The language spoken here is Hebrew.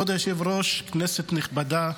כבוד היושב-ראש, כנסת נכבדה.